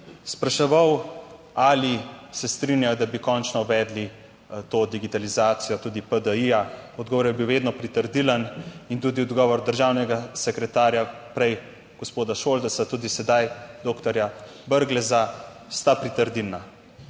spraševal ali se strinjajo, da bi končno uvedli to digitalizacijo tudi PDI. Odgovor je bil vedno pritrdilen in tudi odgovor državnega sekretarja, prej gospoda Šoltesa, tudi sedaj doktorja Brgleza, sta pritrdilna